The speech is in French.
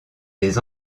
des